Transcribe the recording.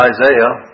Isaiah